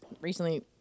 recently